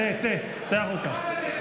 צא, צא, צא החוצה.